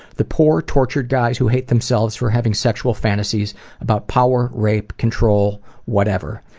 the poor tortured guys who hate themselves for having sexual fantasies about power, rape, control, whatever.